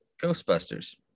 Ghostbusters